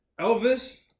Elvis